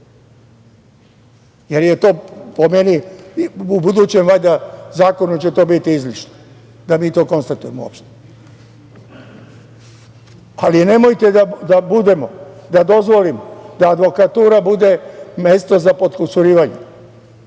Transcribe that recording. jer je to, po meni, u budućem valjda zakonu će to biti izmišljeno, da mi to konstatujemo uopšte. Ali nemojte da dozvolimo da advokatura bude mesto za potkusurivanje,